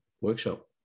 workshop